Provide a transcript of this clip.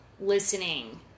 listening